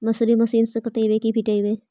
मसुरी मशिन से कटइयै कि पिटबै?